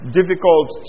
difficult